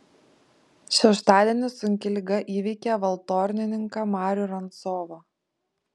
šeštadienį sunki liga įveikė valtornininką marių rancovą